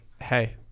Hey